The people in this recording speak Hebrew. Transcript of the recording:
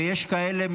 ויש כאלה,